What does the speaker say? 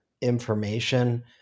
information